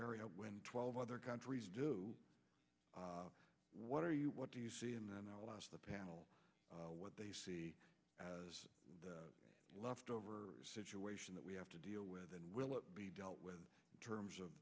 area twelve other countries do what are you what do you see and then i will ask the panel what they see as the leftover situation that we have to deal with and will it be dealt with in terms of